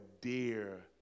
dear